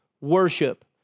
worship